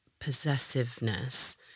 possessiveness